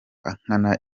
nkana